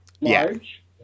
Large